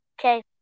Okay